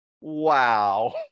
Wow